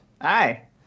Hi